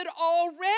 already